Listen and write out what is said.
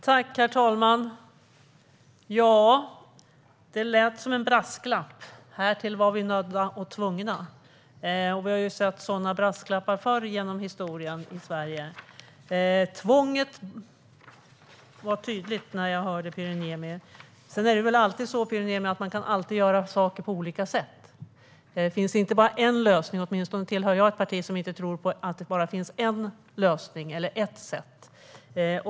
Herr talman! Det lät som en brasklapp: Härtill var man nödd och tvungen. Vi har sett sådana brasklappar förr genom historien i Sverige. Tvånget var tydligt, enligt Pyry Niemi. Sedan är det väl alltid så att man kan göra saker på olika sätt. Det finns inte bara en lösning. Åtminstone tillhör inte jag ett parti som tror att det bara finns en lösning eller ett sätt.